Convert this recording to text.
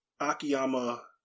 Akiyama